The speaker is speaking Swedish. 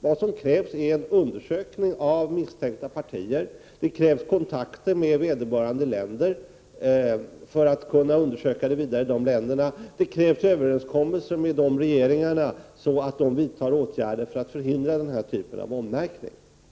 Vad som krävs är en undersökning av misstänkta partier, det krävs kontakter med vederbörande länder för att man skall kunna undersöka detta ytterligare, och det krävs överenskommelser med regeringarna i dessa länder så att de vidtar åtgärder för att förhindra denna typ av ommärkning.